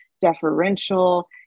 deferential